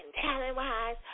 talent-wise